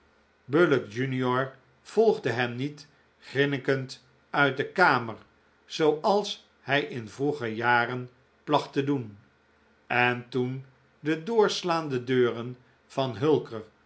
bullock jr volgde hem niet grinnikend uit de kamer zooals hij in vroeger jaren placht te doen en toen de doorslaande deuren van